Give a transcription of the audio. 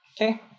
Okay